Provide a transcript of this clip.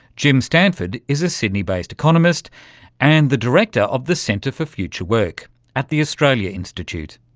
jim stanford is a sydney based economist and the director of the centre for future work at the australia institute.